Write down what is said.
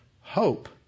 hope